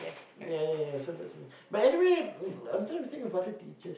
yeah yeah yeah so that's the thing but anyway I'm I'm trying to think of other teachers